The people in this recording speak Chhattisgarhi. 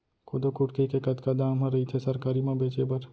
कोदो कुटकी के कतका दाम ह रइथे सरकारी म बेचे बर?